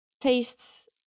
tastes